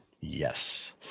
yes